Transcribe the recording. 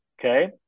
okay